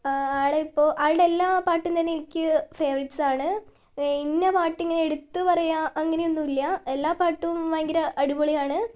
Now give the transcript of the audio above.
ആളെ ഇപ്പോൾ ആളുടെ എല്ലാ പാട്ടും തന്നെ എനിക്ക് ഫേവറൈറ്റ്സ് ആണ് ഇന്ന പാട്ട് ഇങ്ങനെ എടുത്തു പറയാൻ അങ്ങനെ ഒന്നുമില്ല എല്ലാ പാട്ടും ഭയങ്കര അടിപൊളിയാണ്